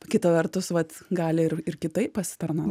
kita vertus vat gali ir ir kitaip pasitarnau